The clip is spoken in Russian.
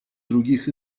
других